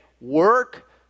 work